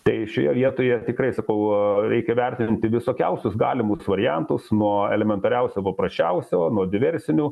tai šioje vietoje tikrai sakau reikia vertinti visokiausius galimus variantus nuo elementariausio paprasčiausio nuo diversinių